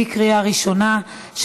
בקריאה ראשונה,